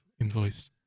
invoice